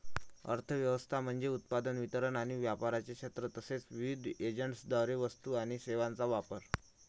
अर्थ व्यवस्था म्हणजे उत्पादन, वितरण आणि व्यापाराचे क्षेत्र तसेच विविध एजंट्सद्वारे वस्तू आणि सेवांचा वापर